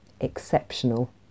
exceptional